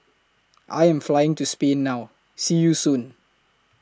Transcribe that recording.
I Am Flying to Spain now See YOU Soon